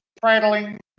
prattling